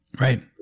right